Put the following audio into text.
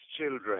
children